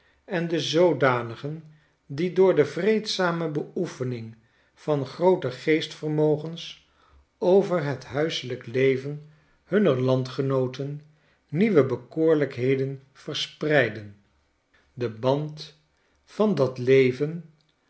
en de zoodanigen die door de vreedzame beoefening van groote geestvermogens over het huiselijk leven hunner landgenooten nieuwe bekoorlijkheid verspreiden den band van dat leven